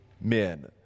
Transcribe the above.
men